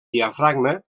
diafragma